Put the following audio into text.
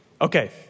Okay